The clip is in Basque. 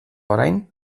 orain